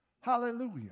Hallelujah